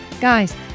Guys